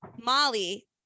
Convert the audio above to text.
Molly